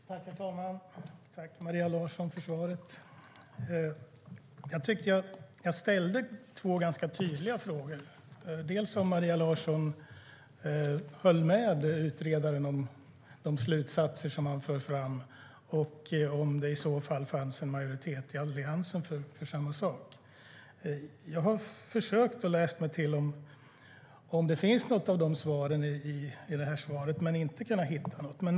Herr talman! Jag tackar Maria Larsson för svaret. Jag tyckte att jag ställde två ganska tydliga frågor, dels om Maria Larsson höll med utredaren om de slutsatser han för fram, dels om det i så fall fanns en majoritet i Alliansen för samma sak. Jag har försökt att läsa mig till i interpellationssvaret om det finns något svar på detta men har inte kunnat hitta något.